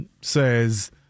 says